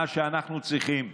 מה שאנחנו צריכים,